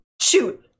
Shoot